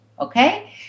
Okay